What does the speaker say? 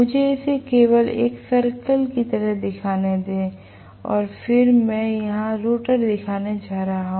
मुझे इसे केवल एक सर्कल की तरह दिखाने दें और फिर मैं यहां रोटर दिखाने जा रहा हूं